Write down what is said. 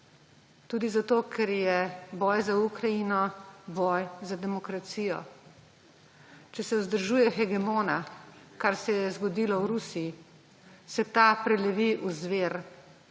Tudi zato, ker je boj za Ukrajino boj za demokracijo. Če se vzdržuje hegemona, kar se je zgodilo v Rusiji, se ta prelevi v zver,